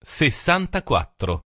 sessantaquattro